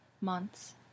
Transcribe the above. Months